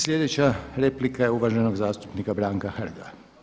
Sljedeća replika je uvaženog zastupnika Branka Hrga.